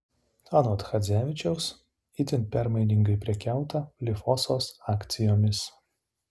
anot chadzevičiaus itin permainingai prekiauta lifosos akcijomis